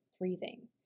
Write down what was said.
breathing